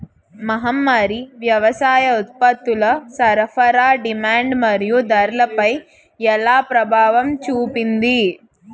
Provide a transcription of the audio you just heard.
మహమ్మారి వ్యవసాయ ఉత్పత్తుల సరఫరా డిమాండ్ మరియు ధరలపై ఎలా ప్రభావం చూపింది?